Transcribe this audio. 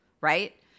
right